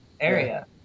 area